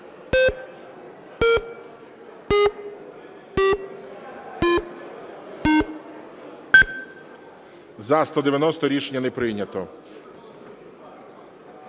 За-78 Рішення не прийнято.